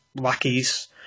lackeys